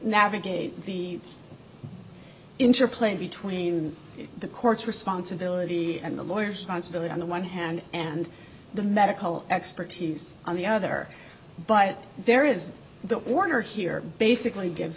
navigate the interplay between the court's responsibility and the lawyers on civility on the one hand and the medical expertise on the other but there is that warner here basically give